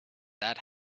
that